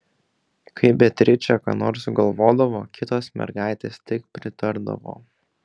kai beatričė ką nors sugalvodavo kitos mergaitės tik pritardavo